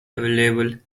available